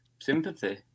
sympathy